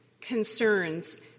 concerns